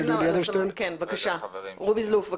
כן בבקשה רובי זלוף.